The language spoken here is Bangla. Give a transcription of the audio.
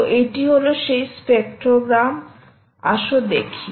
তো এটি হলো সেই স্পেক্ট্রোগ্রাম আসো দেখি